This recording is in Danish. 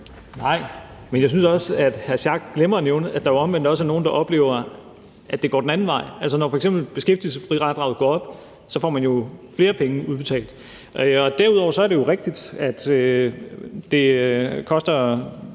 Nej. Men jeg synes også, at hr. Torsten Schack Pedersen glemmer at nævne, at der jo omvendt også er nogle, der oplever, at det går den anden vej. Altså, når f.eks. beskæftigelsesfradraget går op, får man flere penge udbetalt. Derudover er det jo rigtigt, at det nu koster